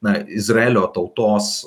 na izraelio tautos